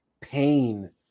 pain